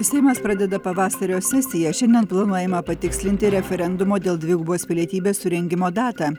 seimas pradeda pavasario sesiją šiandien planuojama patikslinti referendumo dėl dvigubos pilietybės surengimo datą